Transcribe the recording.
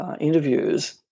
Interviews